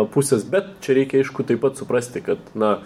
pusės bet čia reikia aišku taip pat suprasti kad na